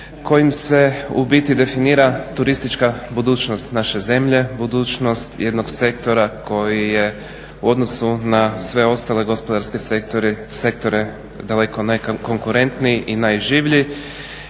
kojim se u biti definira turistička budućnost naše zemlje, budućnost jednog sektora koji je u odnosu na sve ostale gospodarske sektore daleko najkonkurentniji i najživlji